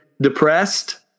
depressed